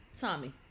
Tommy